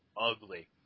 ugly